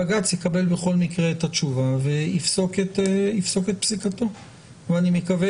בג"ץ יקבל בכל מקרה את התשובה ויפסוק את פסיקתו ואני מקווה,